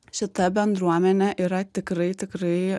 šita bendruomenė yra tikrai tikrai